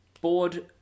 board